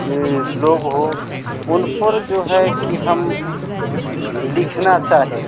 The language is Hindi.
में लोग हो उन पर जो है कि हम लिखना चाहे